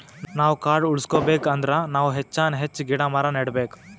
ನಾವ್ ಕಾಡ್ ಉಳ್ಸ್ಕೊಬೇಕ್ ಅಂದ್ರ ನಾವ್ ಹೆಚ್ಚಾನ್ ಹೆಚ್ಚ್ ಗಿಡ ಮರ ನೆಡಬೇಕ್